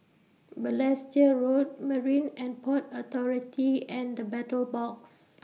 Balestier Road Marine and Port Authority and The Battle Box